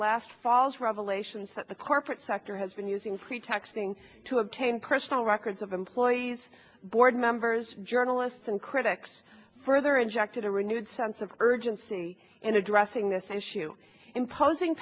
last fall's revelations that the corporate sector has been using pretexting to obtain personal records of employees board members journalists and critics further injected a renewed sense of urgency in addressing this issue imposing